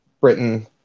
Britain